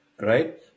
right